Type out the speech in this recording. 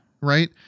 right